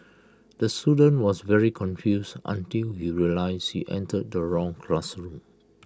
the student was very confused until he realised he entered the wrong classroom